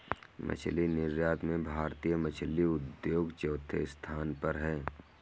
मछली निर्यात में भारतीय मछली उद्योग चौथे स्थान पर है